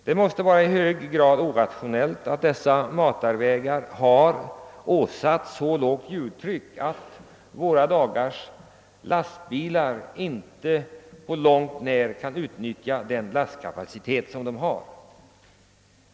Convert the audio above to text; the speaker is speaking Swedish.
Det måste vara i högsta grad irrationellt att dessa matarvägar har fått ett så lågt hjultryck, att våra dagars lastbilar inte på långt när kan utnyttja sin lastkapacitet.